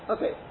Okay